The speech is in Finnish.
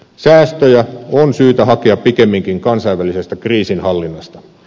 säästöjä on syytä hakea pikemminkin kansainvälisestä kriisinhallinnasta